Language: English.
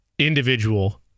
individual